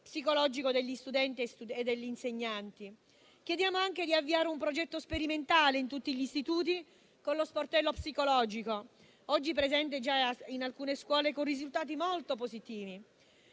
psicologico degli studenti e degli insegnanti. Chiediamo anche di avviare un progetto sperimentale in tutti gli istituti con lo sportello psicologico, oggi presente già in alcune scuole, con risultati molto positivi.